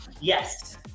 Yes